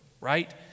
Right